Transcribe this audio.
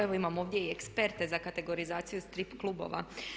Evo imam ovdje i eksperte za kategorizaciju strip klubova.